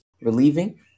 relieving